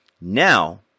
now